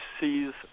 sees